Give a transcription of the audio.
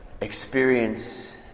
experience